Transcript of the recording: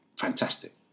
fantastic